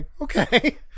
okay